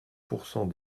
pourcent